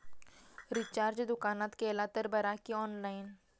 Recharge दुकानात केला तर बरा की ऑनलाइन?